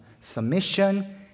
submission